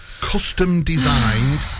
custom-designed